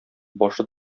башы